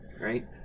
Right